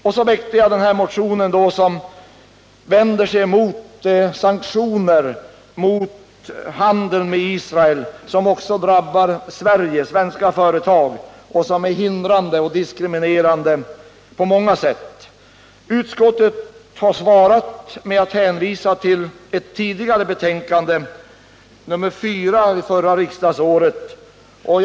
Och så väckte jag min motion, vilken vänder sig mot sanktioner mot handeln med Israel, som också drabbar svenska företag och som är hindrande och diskriminerande på ende handelssanktioner mot Israel många sätt. Utskottet har svarat med att hänvisa till ett tidigare betänkande, 1977 /78:4.